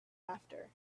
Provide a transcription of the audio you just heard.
after